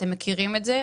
אתם מכירים את זה,